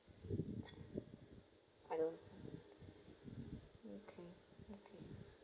I don't okay okay